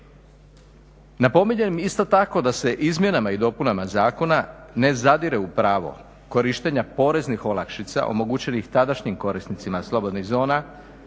Napominjem isto tako da se izmjenama i dopunama zakona ne zadire upravo korištenja poreznih olakšica omogućenih tadašnjim korisnicima slobodnih zona,